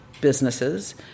businesses